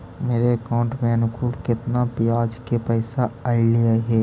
मेरे अकाउंट में अनुकुल केतना बियाज के पैसा अलैयहे?